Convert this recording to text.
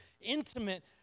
intimate